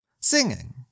singing